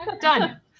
Done